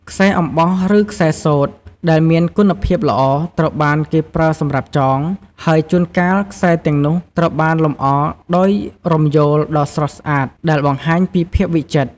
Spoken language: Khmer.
ខ្សែអំបោះ ឬខ្សែសូត្រ ដែលមានគុណភាពល្អ ត្រូវបានគេប្រើសម្រាប់ចង ហើយជួនកាលខ្សែទាំងនោះត្រូវបានលម្អដោយរំយោលដ៏ស្រស់ស្អាតដែលបង្ហាញពីភាពវិចិត្រ។